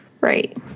Right